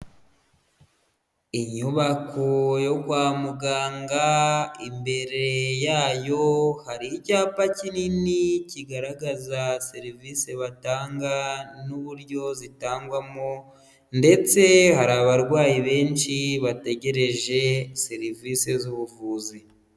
Inyubako yo kwa muganga, imbere yayo hari icyapa kinini kigaragaza serivise batanga n'uburyo zitangwamo ndetse hari abarwayi benshi bategereje serivise z'ubuvuzi.